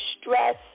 stress